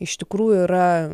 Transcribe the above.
iš tikrųjų yra